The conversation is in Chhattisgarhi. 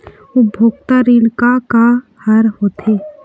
उपभोक्ता ऋण का का हर होथे?